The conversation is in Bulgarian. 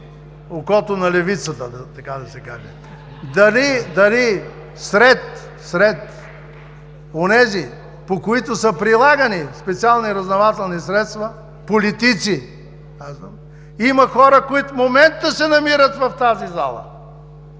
окото на левицата, така да се каже. Дали сред онези, по които са прилагани специални разузнавателни средства, политици, има хора, които в момента се намират в тази зала?